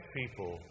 people